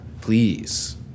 please